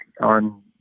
on